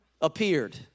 appeared